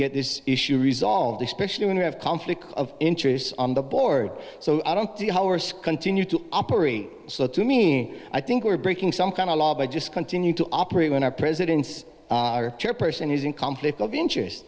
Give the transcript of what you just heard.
get this issue resolved especially when you have conflict of interests on the board so i don't see how risk continue to operate so to me i think we're breaking some kind of law by just continue to operate when our presidents chairperson he's in conflict of interest